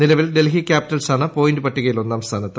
നിലവിൽ ഢൽഹ്ഗി ക്യാപ്പിറ്റൽസാണ് പോയിന്റ് പട്ടികയിൽ ഒന്നാം സ്ഥ്റ്ന്നത്ത്